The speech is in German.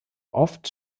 oft